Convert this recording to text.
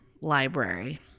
library